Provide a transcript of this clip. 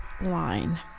Line